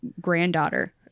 granddaughter